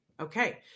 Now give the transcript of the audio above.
Okay